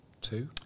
two